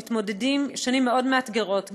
הם מתמודדים עם שנים מאוד מאתגרות,